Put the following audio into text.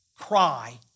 cry